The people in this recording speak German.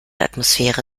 atmosphäre